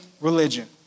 religion